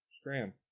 Scram